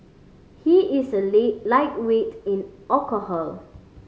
he is a lit lightweight in alcohol